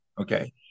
Okay